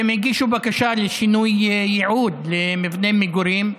והם הגישו בקשה לשינוי ייעוד למבנה מגורים.